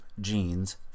genes